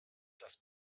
das